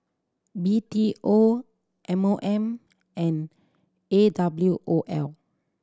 B T O M O M and A W O L